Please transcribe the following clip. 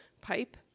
pipe